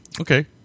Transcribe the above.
Okay